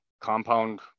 compound